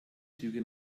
züge